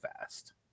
fast